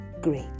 great